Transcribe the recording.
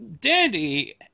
Dandy